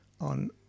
on